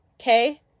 Okay